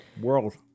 World